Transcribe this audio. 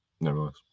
nevertheless